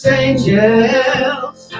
angels